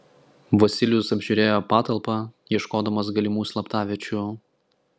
vasilijus apžiūrėjo patalpą ieškodamas galimų slaptaviečių